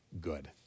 good